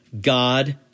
God